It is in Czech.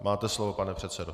Máte slovo, pane předsedo.